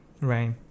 Right